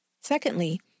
Secondly